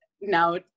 now